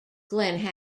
glenn